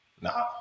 Nah